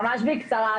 ממש בקצרה,